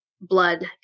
blood